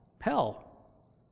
hell